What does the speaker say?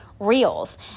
reels